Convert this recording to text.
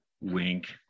Wink